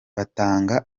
batanga